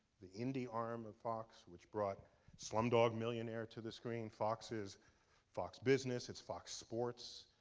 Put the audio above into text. the indie arm of fox which brought slumdog millionaire to the screen. fox is fox business, it's fox sports.